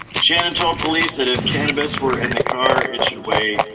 shannon told police that if cannabis were in the car it should weigh